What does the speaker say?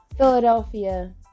Philadelphia